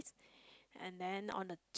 and then on a ch~